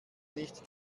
nicht